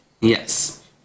Yes